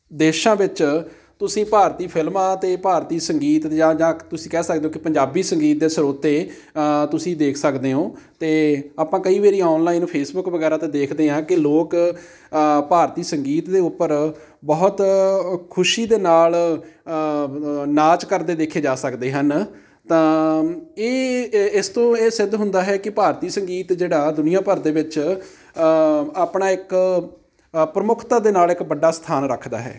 ਦੇਸ਼ਾਂ ਵਿੱਚ ਤੁਸੀਂ ਭਾਰਤੀ ਫਿਲਮਾਂ ਅਤੇ ਭਾਰਤੀ ਸੰਗੀਤ ਦੀਆਂ ਜਾਂ ਤੁਸੀਂ ਕਹਿ ਸਕਦੇ ਹੋ ਕਿ ਪੰਜਾਬੀ ਸੰਗੀਤ ਦੇ ਸਰੋਤੇ ਤੁਸੀਂ ਦੇਖ ਸਕਦੇ ਹੋ ਅਤੇ ਆਪਾਂ ਕਈ ਵਾਰੀ ਔਨਲਾਈਨ ਫੇਸਬੁੱਕ ਵਗੈਰਾ 'ਤੇ ਦੇਖਦੇ ਹਾਂ ਕਿ ਲੋਕ ਭਾਰਤੀ ਸੰਗੀਤ ਦੇ ਉੱਪਰ ਬਹੁਤ ਖੁਸ਼ੀ ਦੇ ਨਾਲ ਨਾਚ ਕਰਦੇ ਦੇਖੇ ਜਾ ਸਕਦੇ ਹਨ ਤਾਂ ਇਹ ਅ ਇਸ ਤੋਂ ਇਹ ਸਿੱਧ ਹੁੰਦਾ ਹੈ ਕਿ ਭਾਰਤੀ ਸੰਗੀਤ ਜਿਹੜਾ ਦੁਨੀਆ ਭਰ ਦੇ ਵਿੱਚ ਆਪਣਾ ਇੱਕ ਅ ਪ੍ਰਮੁੱਖਤਾ ਦੇ ਨਾਲ ਇੱਕ ਵੱਡਾ ਸਥਾਨ ਰੱਖਦਾ ਹੈ